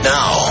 Now